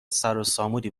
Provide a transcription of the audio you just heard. سروسامونی